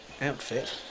outfit